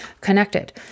connected